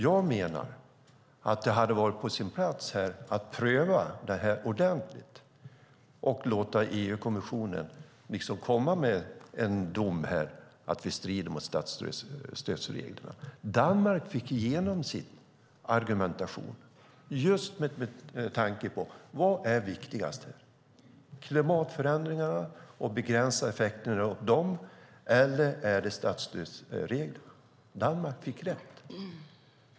Jag menar att det hade varit på sin plats att prova detta ordentligt och låta EU-kommissionen komma med en dom om att vi bryter mot statsstödsreglerna. Danmark fick igenom sin argumentation. Var är viktigast? Är det klimatförändringarna och möjligheten att begränsa effekterna av dem eller är det statsstödsreglerna? Danmark fick rätt.